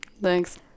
thanks